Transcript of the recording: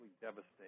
devastating